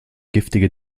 giftige